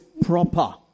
proper